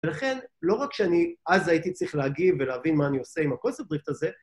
ולכן לא רק שאני, אז הייתי צריך להגיב ולהבין מה אני עושה עם הקונספט-דריפט הזה,